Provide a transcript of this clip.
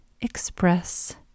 express